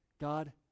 God